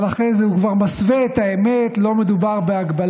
אבל אחרי זה הוא כבר מסווה את האמת: לא מדובר בהגבלת